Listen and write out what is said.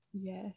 Yes